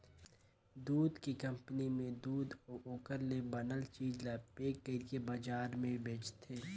दूद के कंपनी में दूद अउ ओखर ले बनल चीज ल पेक कइरके बजार में बेचथे